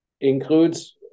includes